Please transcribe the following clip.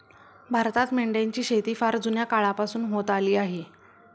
भारतात मेंढ्यांची शेती फार जुन्या काळापासून होत आली आहे